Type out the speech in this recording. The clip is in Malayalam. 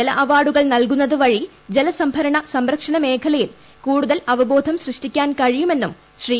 ജല അവാർഡുകൾ ജലസംഭരണ സംരക്ഷണ മേഖലയിൽ കൂടുതൽ അവബോധം സൃഷ്ടിക്കാൻ കഴിയുമെന്നും ശ്രീ